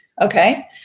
Okay